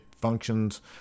functions